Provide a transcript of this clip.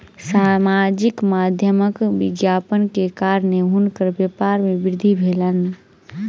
सामाजिक माध्यमक विज्ञापन के कारणेँ हुनकर व्यापार में वृद्धि भेलैन